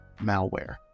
malware